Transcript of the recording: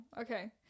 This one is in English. Okay